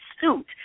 suit